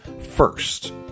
first